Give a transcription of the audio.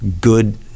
good